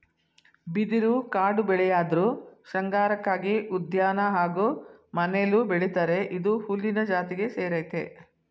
ಬಿದಿರು ಕಾಡುಬೆಳೆಯಾಧ್ರು ಶೃಂಗಾರಕ್ಕಾಗಿ ಉದ್ಯಾನ ಹಾಗೂ ಮನೆಲೂ ಬೆಳಿತರೆ ಇದು ಹುಲ್ಲಿನ ಜಾತಿಗೆ ಸೇರಯ್ತೆ